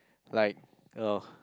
like oh